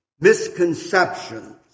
misconceptions